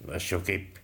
aš jau kaip